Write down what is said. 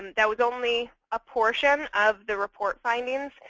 and that was only a portion of the report findings.